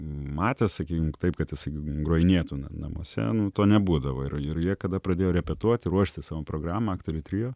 matęs sakykim taip kad jisai grojinėtų namuose to nebūdavo ir ir jie kada pradėjo repetuot ruošti savo programą aktorių trio